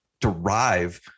derive